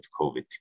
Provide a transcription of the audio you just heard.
COVID